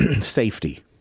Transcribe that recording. safety